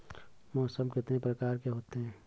मौसम कितनी प्रकार के होते हैं?